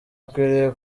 akwiriye